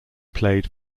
played